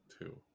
Two